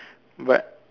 but